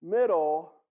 middle